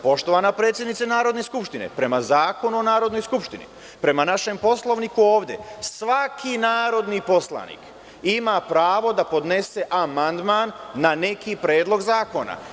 Poštovana predsednice Narodne skupštine prema Zakonu o Narodnoj skupštini, prema našem Poslovniku ovde, svaki narodni poslanik ima pravo da podnese amandman na neki predlog zakona.